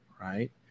right